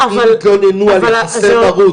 אם התלוננו על יחסי מרות,